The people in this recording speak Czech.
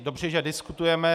Dobře, že diskutujeme.